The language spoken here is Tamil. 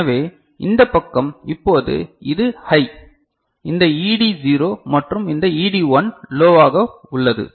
எனவே இந்த பக்கம் இப்போது இது ஹை இந்த ED0 மற்றும் இந்த ED1 லோவாக உள்ளது